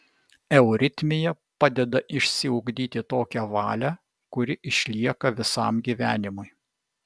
euritmija padeda išsiugdyti tokią valią kuri išlieka visam gyvenimui